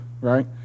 right